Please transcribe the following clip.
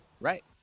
Right